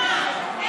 איך אפשר להאמין לך?